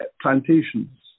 plantations